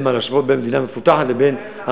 אין מה להשוות אותם במדינה מפותחת לאריתריאה,